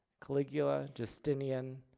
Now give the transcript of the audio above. caligula. justinian.